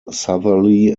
southerly